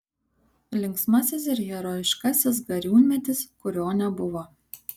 linksmasis ir herojiškasis gariūnmetis kurio nebuvo